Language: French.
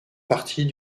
partie